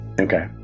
Okay